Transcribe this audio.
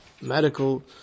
medical